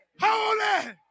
holy